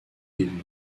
bévue